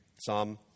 Psalm